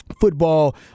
Football